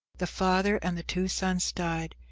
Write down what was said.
the father and the two sons died,